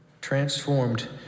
Transformed